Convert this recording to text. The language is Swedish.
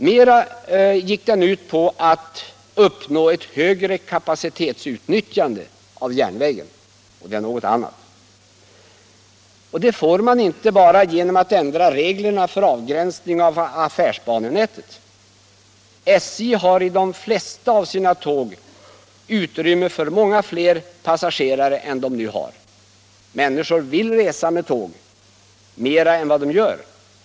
Min motion går mera ut på att uppnå ett högre kapacitetsutnyttjande inom järnvägen, och det är något annat. Detta uppnår man inte bara genom att ändra reglerna för avgränsningen av affärsbanenätet. SJ har i de flesta av sina tåg utrymme för många fler passagerare än som nu reser. Människor vill resa med tåg mer än vad de gör.